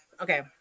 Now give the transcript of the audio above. Okay